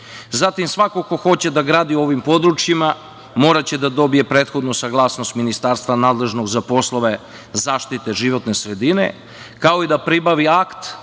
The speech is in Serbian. svako ko hoće da gradi u ovim područjima moraće da dobije prethodnu saglasnost Ministarstva nadležnog za poslove zaštite životne sredine, kao i da pribavi akt